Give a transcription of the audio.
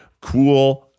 cool